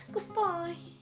goodbye.